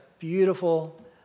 beautiful